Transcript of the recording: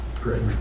Great